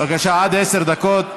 בבקשה, עד עשר דקות,